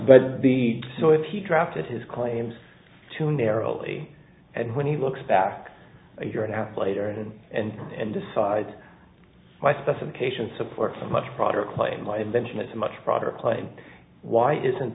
but the so if he drafted his claims too narrowly and when he looks back a year and a half later and and and decide by specification supports a much broader claim my invention is a much broader claim why isn't